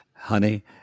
Honey